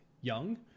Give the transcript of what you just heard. young